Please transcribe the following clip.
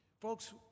Folks